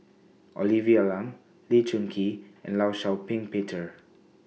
Olivia Lum Lee Choon Kee and law Shau Ping Peter